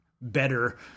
better